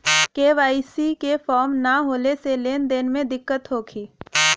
KYC के form न होले से लेन देन में दिक्कत होखी?